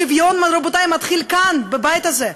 השוויון, רבותי, מתחיל כאן, בבית הזה.